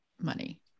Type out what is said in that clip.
money